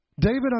David